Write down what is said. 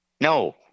No